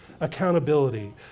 accountability